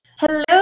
Hello